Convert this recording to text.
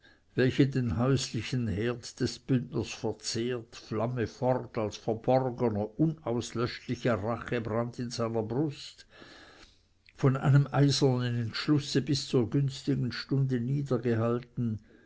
welche den häuslichen herd des bündners verzehrt flamme fort als verborgener unauslöschlicher rachebrand in seiner brust von einem eisernen entschlusse bis zur günstigen stunde